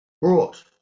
brought